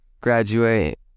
graduate